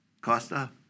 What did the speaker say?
Costa